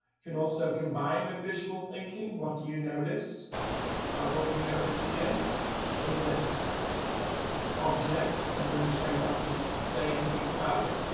can also combine with visual thinking, what do you notice what do you notice here in this object and really try not to say anything about it.